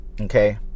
Okay